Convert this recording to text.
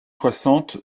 soixante